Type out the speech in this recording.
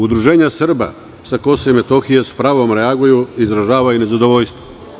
Udruženja Srba sa Kosova i Metohije s pravom reaguju i izražavaju nezadovoljstvo.